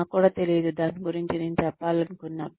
నాకు కూడా తెలియదు దాని గురించి నేను చెప్పాలనుకున్నా